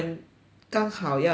刚好要进来